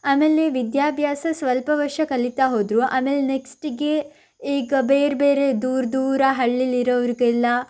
ಆಮೇಲೆ ವಿದ್ಯಾಭ್ಯಾಸ ಸ್ವಲ್ಪ ವರ್ಷ ಕಲೀತಾ ಹೋದರು ಆಮೇಲೆ ನೆಕ್ಸ್ಟಿಗೆ ಈಗ ಬೇರೆ ಬೇರೆ ದೂರ ದೂರ ಹಳ್ಳೀಲಿರೋರ್ಗೆಲ್ಲ